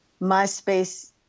myspace